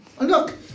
look